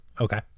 okay